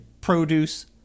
produce